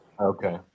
Okay